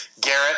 Garrett